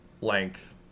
length